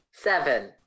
Seven